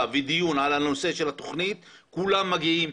ודיון על הנושא של התוכנית כולם מגיעים,